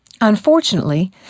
Unfortunately